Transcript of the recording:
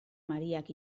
mariak